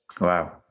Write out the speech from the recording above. wow